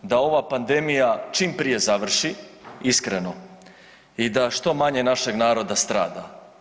Da ova pandemija čim prije završi, iskreno i da što manje našeg naroda strada.